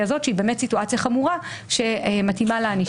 הזאת שהיא באמת סיטואציה חמורה שמתאימה לענישה.